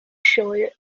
sioe